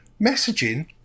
messaging